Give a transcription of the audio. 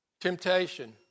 Temptation